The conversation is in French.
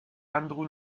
andrew